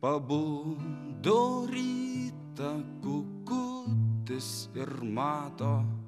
pabudo rytą kukutis ir mato